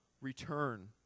return